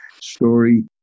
Story